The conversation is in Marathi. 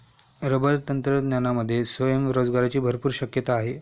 रबर तंत्रज्ञानामध्ये स्वयंरोजगाराची भरपूर शक्यता आहे